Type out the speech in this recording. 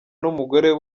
n’umugore